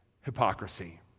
hypocrisy